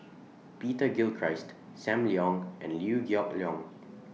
Peter Gilchrist SAM Leong and Liew Geok Leong